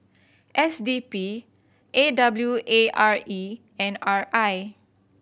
S D P A W A R E and R I